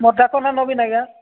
ମୋ ଡାକ ନା ନବୀନ ଆଜ୍ଞା